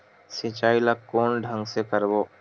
सिंचाई ल कोन ढंग से करबो?